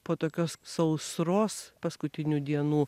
po tokios sausros paskutinių dienų